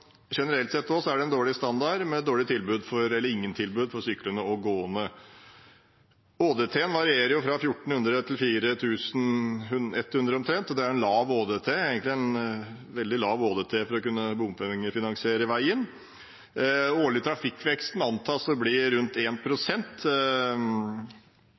Generelt sett er det en dårlig standard med dårlige eller ingen tilbud for syklende og gående. ÅDT-en varierer fra 1 400 til ca. 4 100, og det er en lav ÅDT, egentlig en veldig lav ÅDT for å kunne bompengefinansiere veien. Den årlige trafikkveksten antas å bli rundt